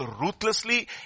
ruthlessly